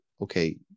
okay